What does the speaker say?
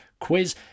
quiz